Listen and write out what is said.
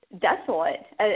desolate